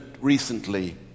recently